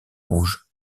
rouge